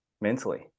mentally